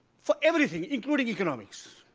for everything, including economics,